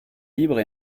libre